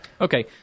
Okay